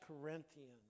Corinthians